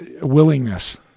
willingness